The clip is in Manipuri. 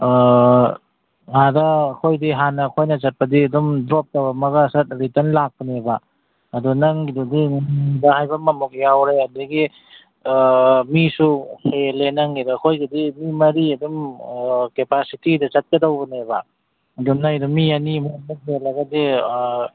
ꯑꯗ ꯑꯩꯈꯣꯏꯗꯤ ꯍꯥꯟꯅ ꯑꯩꯈꯣꯏꯅ ꯆꯠꯄꯗꯤ ꯑꯗꯨꯝ ꯗ꯭ꯔꯣꯞ ꯇꯧꯔꯝꯃꯒ ꯁꯠ ꯔꯤꯇꯔꯟ ꯂꯥꯛꯄꯅꯦꯕ ꯑꯗꯣ ꯅꯪꯒꯤꯗꯨꯗꯤ ꯉꯥꯏꯕ ꯍꯥꯏꯕ ꯑꯃꯃꯨꯛ ꯌꯥꯎꯔꯦ ꯑꯗꯒꯤ ꯃꯤꯁꯨ ꯍꯦꯜꯂꯦ ꯅꯪꯒꯤꯗꯣ ꯑꯩꯈꯣꯏꯒꯤꯗꯤ ꯃꯤ ꯃꯔꯤ ꯑꯗꯨꯝ ꯀꯦꯄꯥꯁꯤꯇꯤꯗ ꯆꯠꯀꯗꯧꯕꯅꯦꯕ ꯑꯗꯣ ꯅꯣꯏꯗꯣ ꯃꯤ ꯑꯅꯤꯃꯨꯛ ꯍꯦꯜꯂꯒꯗꯤ